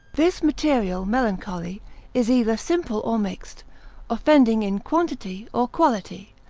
this material melancholy is either simple or mixed offending in quantity or quality,